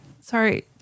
sorry